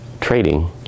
Trading